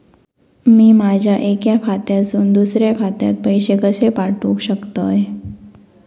मी माझ्या एक्या खात्यासून दुसऱ्या खात्यात पैसे कशे पाठउक शकतय?